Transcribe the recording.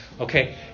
Okay